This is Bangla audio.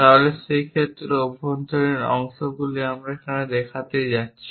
তাহলে সেই ক্ষেত্রে অভ্যন্তরীণ অংশগুলি আমরা এটি দেখাতে যাচ্ছি